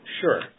Sure